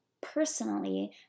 personally